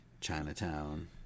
Chinatown